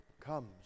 comes